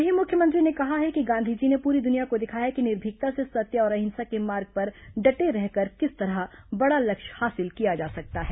वहीं मुख्यमंत्री ने कहा है कि गांधीजी ने पूरी दुनिया को दिखाया कि निर्भिकता से सत्य और अहिंसा के मार्ग पर डटे रहकर किस तरह बड़ा लक्ष्य हासिल किया जा सकता है